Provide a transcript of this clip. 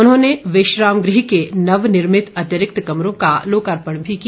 उन्होंने विश्राम गृह के नवनिर्मित अतिरिक्त कमरों का लोकार्पण भी किया